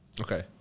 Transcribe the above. Okay